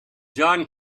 john